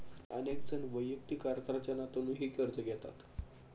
अनेक जण वैयक्तिक अर्थार्जनातूनही कर्ज घेतात